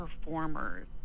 performers